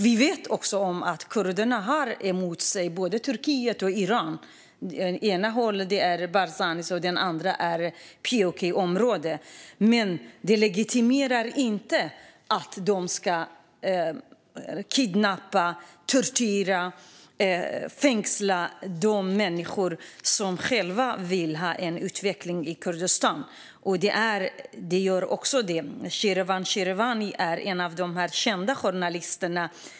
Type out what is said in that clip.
Vi vet också att kurderna har både Turkiet och Iran emot sig. Åt ena hållet är det Barzani, åt det andra finns PUK:s område. Men det legitimerar inte att man ska kidnappa, tortera och fängsla de människor som vill ha utveckling i Kurdistan. Sherwan Sherwani är en av dessa kända journalister.